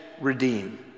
redeem